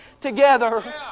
together